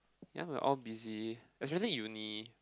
ya we're all busy especially uni